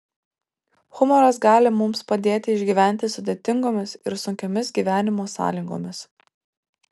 humoras gali mums padėti išgyventi sudėtingomis ir sunkiomis gyvenimo sąlygomis